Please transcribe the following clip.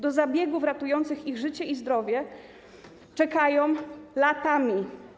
Do zabiegów ratujących ich życie i zdrowie czekają latami.